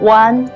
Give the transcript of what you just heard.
one